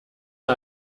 ihr